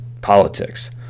politics